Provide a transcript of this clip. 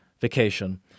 vacation